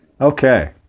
Okay